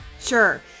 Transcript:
Sure